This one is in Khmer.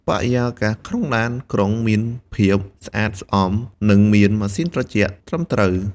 បរិយាកាសក្នុងឡានក្រុងមានភាពស្អាតស្អំនិងមានម៉ាស៊ីនត្រជាក់ត្រឹមត្រូវ។